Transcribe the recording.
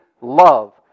love